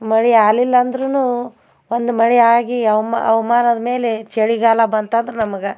ಮಳೆ ಆಗ್ಲಿಲ್ಲ ಅಂದ್ರೂ ಒಂದು ಮಳೆ ಆಗಿ ಅವ್ಮಾ ಹವ್ಮಾನದ್ ಮೇಲೆ ಚಳಿಗಾಲ ಬಂತಂದ್ರೆ ನಮ್ಗೆ